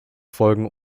folgen